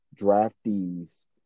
draftees